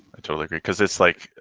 i totally agree. cause it's like,